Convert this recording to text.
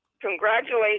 Congratulations